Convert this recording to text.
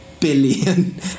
billion